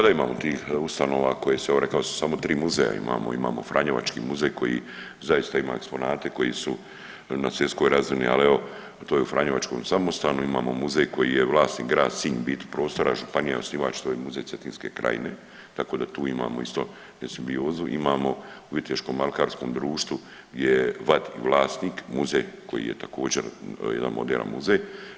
Pa da imamo tih ustanova koja sam evo rekao, samo tri muzeja imamo, imamo Franjevački muzej koji zaista ima eksponate koji su na svjetskoj razini, ali evo, to je u franjevačkom samostanu, imamo muzej koji je vlasnik grad Sinj, u biti prostora, županija je osnivač, to je Muzej Cetinske krajine, tako da tu imamo isto simbiozu, imamo Viteško-alkarskom društvu gdje je vlasnik muzej koji je također, jedan moderan muzej.